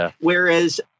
Whereas